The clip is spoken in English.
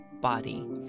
body